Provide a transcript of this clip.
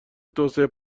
توسعه